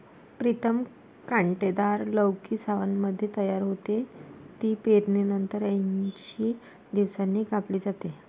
प्रीतम कांटेदार लौकी सावनमध्ये तयार होते, ती पेरणीनंतर ऐंशी दिवसांनी कापली जाते